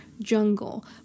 jungle